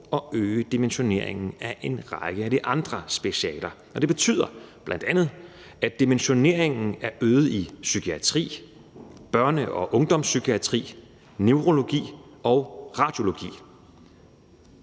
at øge dimensioneringen i en række af de andre specialer. Det betyder bl.a., at dimensioneringen er øget inden for psykiatri, børne- og ungdomspsykiatri, neurologi og radiologi.